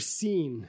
seen